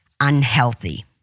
unhealthy